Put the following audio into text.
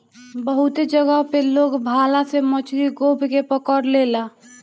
बहुते जगह पे लोग भाला से मछरी गोभ के पकड़ लेला